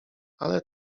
ale